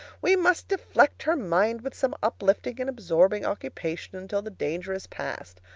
we must deflect her mind with some uplifting and absorbing occupation until the danger is past.